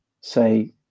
say